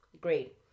Great